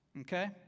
Okay